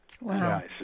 Wow